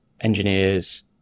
engineers